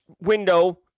window